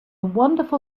wonderful